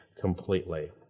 completely